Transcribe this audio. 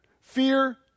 Fear